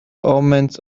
omens